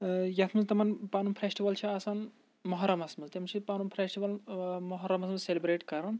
یِتھ منٛز تِمَن پَنُن فیسٹِوَل چھِ آسان محرمَس منٛز تِم چھِ پَنُن فیسٹِوَل محرمَس منٛز سیلِبریٹ کَران